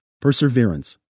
perseverance